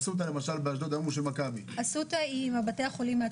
אסותא למשל באשדוד היום הוא של מכבי.